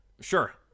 Sure